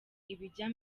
ibijya